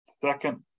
Second